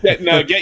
No